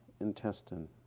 intestine